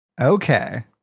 Okay